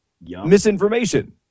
misinformation